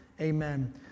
Amen